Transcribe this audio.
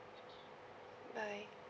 bye